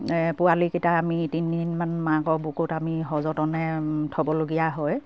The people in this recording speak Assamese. পোৱালিকেইটা আমি তিনদিনমান মাকৰ বুকুত আমি সযতনে থ'বলগীয়া হয়